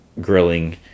grilling